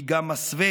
היא גם מסווה,